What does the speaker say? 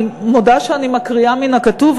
אני מודה שאני מקריאה מן הכתוב,